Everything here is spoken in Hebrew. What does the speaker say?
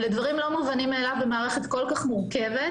והם לא מובנים מאליו במערכת כל כך מורכבת.